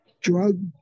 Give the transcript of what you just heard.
drug